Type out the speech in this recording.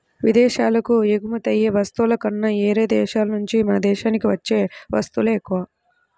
ఇదేశాలకు ఎగుమతయ్యే వస్తువుల కన్నా యేరే దేశాల నుంచే మన దేశానికి వచ్చే వత్తువులే ఎక్కువ